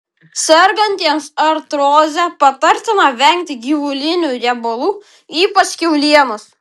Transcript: sergantiems artroze patartina vengti gyvulinių riebalų ypač kiaulienos